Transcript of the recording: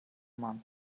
month